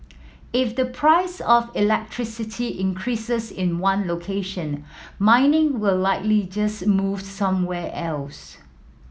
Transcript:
if the price of electricity increases in one location mining will likely just move somewhere else